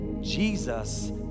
Jesus